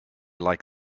like